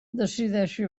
decideixi